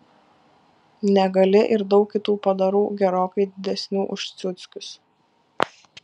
negali ir daug kitų padarų gerokai didesnių už ciuckius